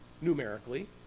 numerically